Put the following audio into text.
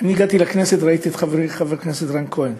כשאני הגעתי לכנסת ראיתי את חברי חבר הכנסת רן כהן